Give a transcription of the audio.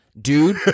Dude